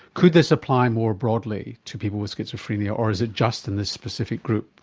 could this apply more broadly to people with schizophrenia, or is it just in this specific group?